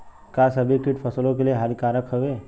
का सभी कीट फसलों के लिए हानिकारक हवें?